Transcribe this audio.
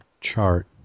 chart